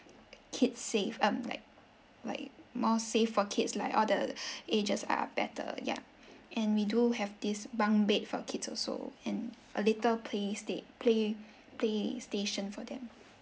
kid safe um like like more safe for kids like all the edges are better yup and we do have this bunk bed for kids also and a little play sta~ play play station for them